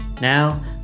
Now